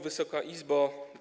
Wysoka Izbo!